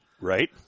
Right